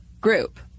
group